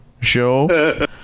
show